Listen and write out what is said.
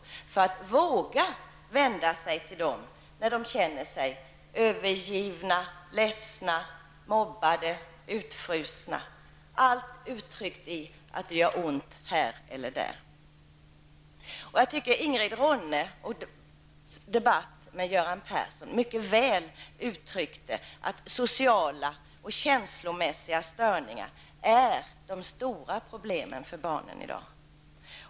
Barnen måste våga vända sig till dessa när de känner sig övergivna, ledsna, mobbade eller utfrysta. Alla sådana känslor uttrycks genom att barnen säger att det gör ont någonstans. Jag tycker att det i Ingrid Ronne-Björkqvists debatt med Göran Persson mycket väl har uttryckts att sociala och känslomässiga störningar är de stora problemen för barnen i dag.